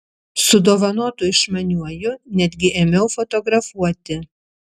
su dovanotu išmaniuoju netgi ėmiau fotografuoti